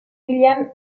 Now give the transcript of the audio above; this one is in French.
william